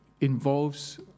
involves